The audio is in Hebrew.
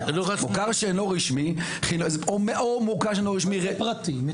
מוכר שאינו רשמי או מאוד מוכר שאינו רשמי -- זה פרטי מתוקצב.